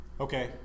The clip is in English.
Okay